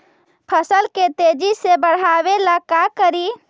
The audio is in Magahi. फसल के तेजी से बढ़ाबे ला का करि?